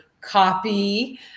copy